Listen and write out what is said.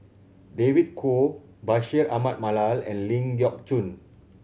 David Kwo Bashir Ahmad Mallal and Ling Geok Choon